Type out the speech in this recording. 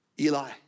Eli